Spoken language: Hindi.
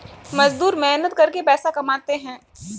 मजदूर मेहनत करके पैसा कमाते है